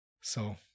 So-